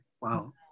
Wow